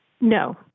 no